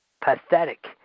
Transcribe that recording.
pathetic